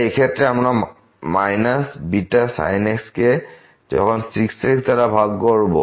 তাই এই ক্ষেত্রে β sin x কে যখন 6x দ্বারা ভাগ করব